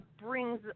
brings